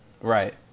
Right